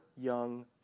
young